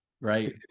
right